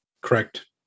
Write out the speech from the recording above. Correct